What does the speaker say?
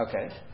Okay